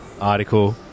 article